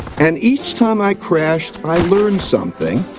and each time i crashed, i learned something,